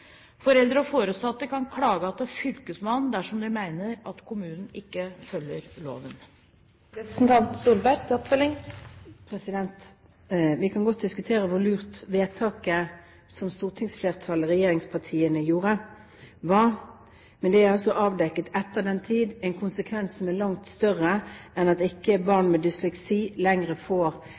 Foreldre og foresatte kan klage til fylkesmannen dersom de mener at kommunen ikke følger loven. Vi kan godt diskutere hvor lurt vedtaket som stortingsflertallet, regjeringspartiene, gjorde, var, men etter den tid er det avdekket en konsekvens som er langt større. Barn med dysleksi får ikke